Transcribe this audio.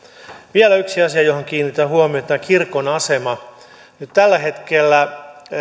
vielä yksi asia johon kiinnitän huomiota kirkon asema nyt tällä hetkellä